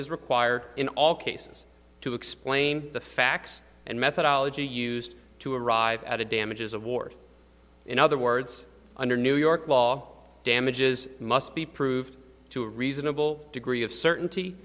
is required in all cases to explain the facts and methodology used to arrive at a damages award in other words under new york law damages must be proved to a reasonable degree of certainty